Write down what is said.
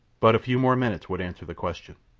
but a few more minutes would answer the question.